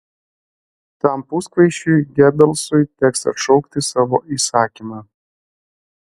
tam puskvaišiui gebelsui teks atšaukti savo įsakymą